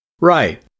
Right